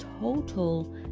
total